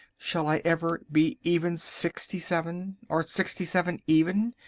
shall i ever be even sixty-seven, or sixty-seven even?